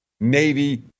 Navy